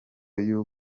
nabyo